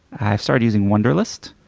i've started using wunderlist.